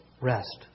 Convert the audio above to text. rest